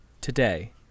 today